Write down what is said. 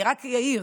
אני רק אעיר: